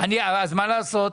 אז מה לעשות?